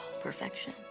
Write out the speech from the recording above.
Perfection